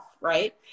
Right